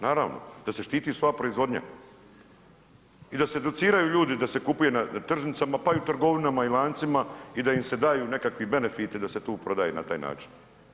Naravno da se štiti svoja proizvodnja i da se educiraju ljudi da se kupuje na tržnicama, pa i u trgovinama i lancima i da im se daju nekakvi benefiti da se tu prodaje na taj način.